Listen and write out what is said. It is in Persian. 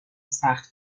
سخت